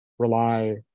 Rely